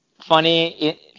funny